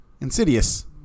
Insidious